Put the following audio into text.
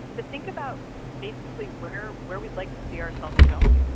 to think about basically where where we'd like to see ourselves going.